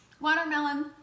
Watermelon